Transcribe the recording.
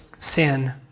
sin